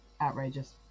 outrageous